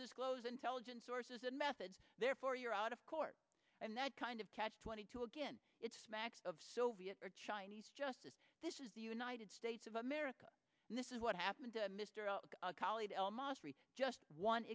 disclose intelligence sources and methods therefore you're out of court and that kind of catch twenty two again it smacks of soviet or chinese justice this is the united states of america and this is what happened to mr khalid al masri just one